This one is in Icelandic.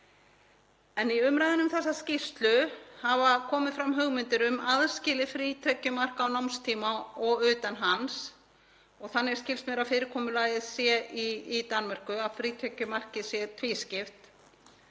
En í umræðunni um þessa skýrslu hafa komið fram hugmyndir um aðskilið frítekjumark á námstíma og utan hans og þannig skilst mér að fyrirkomulagið sé í Danmörku, að frítekjumarkið sé tvískipt.